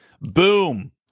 Boom